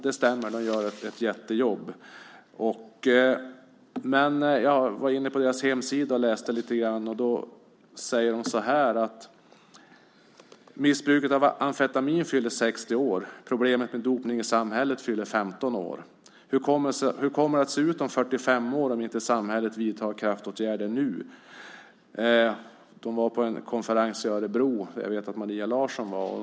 Det stämmer att Dopingjouren gör ett jättejobb. Jag har läst på Dopingjourens hemsida. Där framgår att missbruket av amfetamin fyller 60 år och att problemet med dopning i samhället fyller 15 år. Hur kommer det att se ut om 45 år om inte samhället vidtar kraftåtgärder nu? Dopingjouren har deltagit i en konferens i Örebro där jag vet att Maria Larsson har varit.